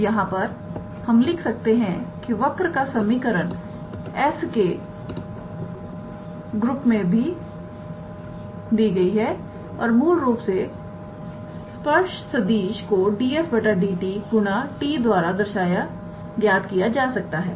तो यहां हम देख सकते हैं कि वक्र का समीकरण s के रूप में दिया गया है और मूल रूप से स्पर्श सदिश को 𝑑𝑠 𝑑𝑡 गुना 𝑡̂ द्वारा ज्ञात किया जा सकता है